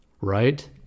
right